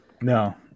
no